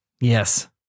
Yes